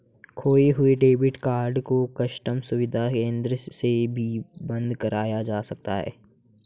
खोये हुए debit card को कस्टम सुविधा केंद्र से भी बंद कराया जा सकता है